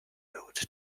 include